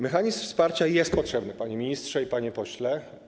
Mechanizm wsparcia jest potrzebny, panie ministrze i panie pośle.